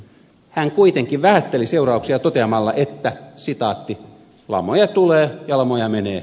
hän kuitenkin vähätteli seurauksia toteamalla että lamoja tulee ja lamoja menee